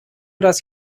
does